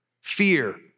fear